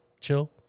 chill